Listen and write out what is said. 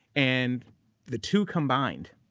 and the two combined,